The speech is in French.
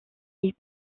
ils